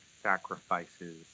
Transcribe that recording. sacrifices